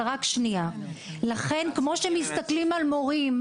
כמו שמסתכלים על מורים,